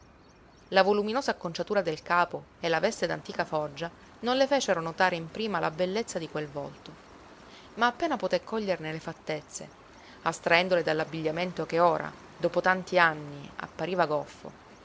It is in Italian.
la voluminosa acconciatura del capo e la veste d'antica foggia non le fecero notare in prima la bellezza di quel volto ma appena poté coglierne le fattezze astraendole dall'abbigliamento che ora dopo tanti anni appariva goffo